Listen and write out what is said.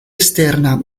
esterna